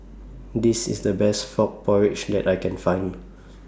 This IS The Best Frog Porridge that I Can Find